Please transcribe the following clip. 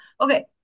okay